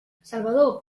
salvador